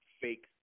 fake